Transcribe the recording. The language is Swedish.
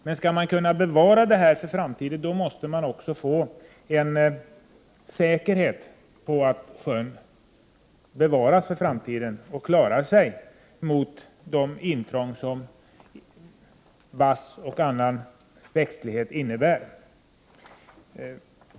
Men skall man kunna bevara detta för framtiden, måste man också vara säker på att sjön klarar sig mot de intrång som vass och annan växtlighet innebär.